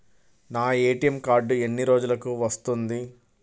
నా ATM card ఎన్ని రోజులకు వస్తుంది?